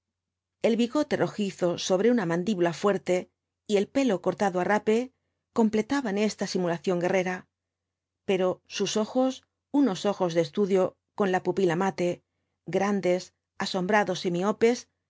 el bigote rojizo sobre una mandíbula fuerte y el pelo cortado á rape completaban esta simulación guerrera pero sus ojos unos ojos de estudio con la pupila mate grandes asombrados y miopes